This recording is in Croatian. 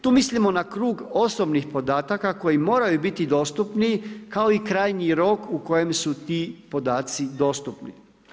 Tu mislimo na krug osobnih podataka koji moraju biti dostupni kao i krajnji rok u kojem su ti podaci dostupni.